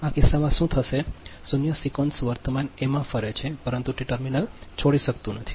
આ કિસ્સામાં શું થશે શૂન્ય સિક્વન્સ વર્તમાન એમાં ફરે છે પરંતુ તે ટર્મિનલ છોડી શકતું નથી